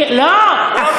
אה,